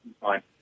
fine